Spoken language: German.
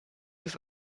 ist